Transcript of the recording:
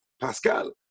Pascal